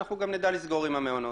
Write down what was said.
אנחנו גם נדע לסגור עם המעונות.